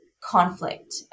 conflict